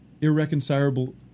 irreconcilable